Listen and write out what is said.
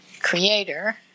creator